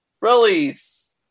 Release